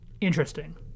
interesting